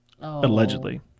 Allegedly